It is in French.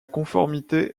conformité